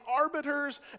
arbiters